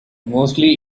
mostly